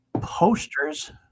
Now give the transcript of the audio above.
posters